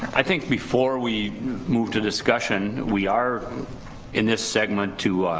i think before we move to discussion we are in this segment to